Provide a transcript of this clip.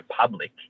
public